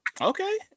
Okay